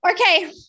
Okay